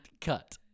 cut